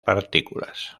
partículas